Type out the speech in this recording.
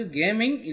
gaming